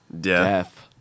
Death